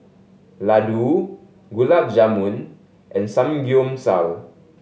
Ladoo Gulab Jamun and Samgeyopsal